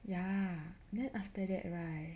ya then after that right